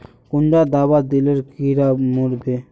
कुंडा दाबा दिले कीड़ा मोर बे?